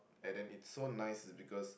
and then it's so nice is because